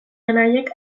anaiek